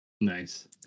nice